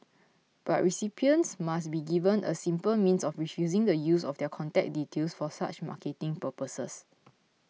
but recipients must be given a simple means of refusing the use of their contact details for such marketing purposes